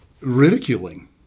ridiculing